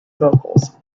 vocals